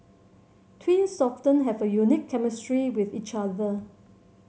twins often have a unique chemistry with each other